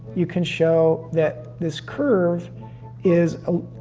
you can show that this curve is a,